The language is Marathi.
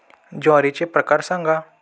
ज्वारीचे प्रकार सांगा